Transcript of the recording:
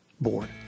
Board